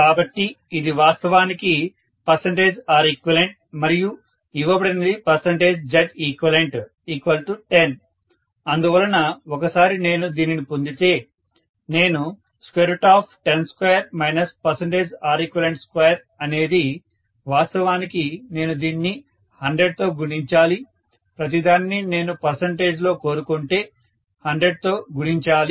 కాబట్టి ఇది వాస్తవానికి Req మరియు ఇవ్వబడినది Zeq10 అందువలన ఒక సారి నేను దీనిని పొందితే నేను 102 Req2 అనేది వాస్తవానికి నేను దీన్ని 100 తో గుణించాలి ప్రతిదానిని నేను పర్సంటేజ్ లో కోరుకుంటే 100 తో గుణించాలి